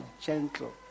gentle